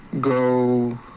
go